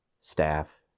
staff